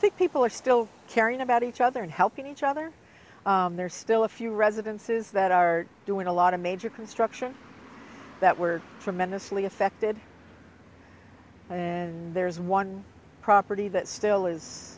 think people are still caring about each other and helping each other there's still a few residences that are doing a lot of major construction that were from menacingly affected and there is one property that still is